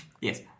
Yes